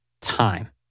time